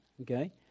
Okay